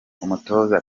umutoza